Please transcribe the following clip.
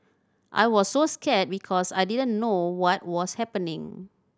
I was so scared because I didn't know what was happening